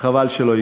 חבל שלא הקשבת.